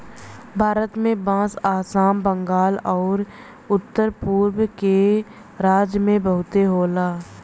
भारत में बांस आसाम, बंगाल आउर उत्तर पुरब के राज्य में बहुते होला